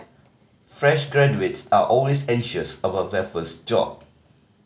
fresh graduates are always anxious about their first job